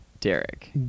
Derek